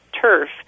turf